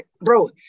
Bro